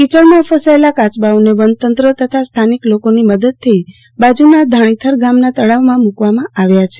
કીચડમાં ફસાયેલા કાયબાઓને વનતંત્ર તથા સ્થાનિક લોકોની મદદ થી બાજુના ઘાણીથર ગામના તળાવમાં મુકવામાં આવ્યા છે